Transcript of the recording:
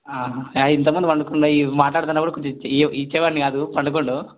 ఇంతకుముందు పడుకొన్నాడు ఈ మాట్లాడతున్నపుడు కొంచెం ఇచ్చే వాడిని కాదు పడుకున్నాడు